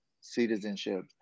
citizenship